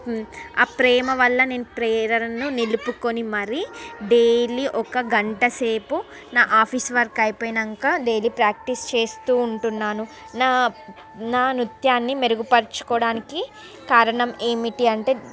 ఆ ప్రేమ వల్ల నేను ప్రేరణను నిలుపుకుని మరీ డైలీ ఒక గంట సేపు నా ఆఫీస్ వర్క్ అయిపోయాక డైలీ ప్రాక్టీస్ చేస్తూ ఉంటున్నాను నా నా నృత్యాన్ని మెరుగుపరుచుకోవడానికి కారణం ఏమిటి అంటే